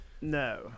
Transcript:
No